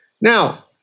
Now